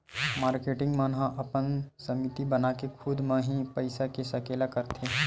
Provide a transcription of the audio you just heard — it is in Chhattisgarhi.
मारकेटिंग मन ह अपन समिति बनाके खुद म ही पइसा के सकेला करथे